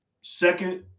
second